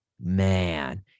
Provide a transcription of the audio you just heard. man